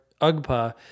UGPA